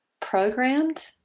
programmed